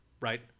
right